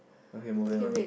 okay moving on